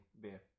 beer